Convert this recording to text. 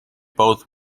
both